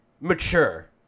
mature